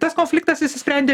tas konfliktas išsisprendė